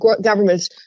governments